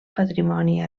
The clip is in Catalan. patrimoni